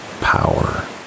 power